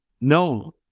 No